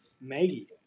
Maggie